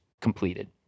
completed